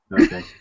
Okay